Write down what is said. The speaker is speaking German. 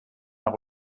mehr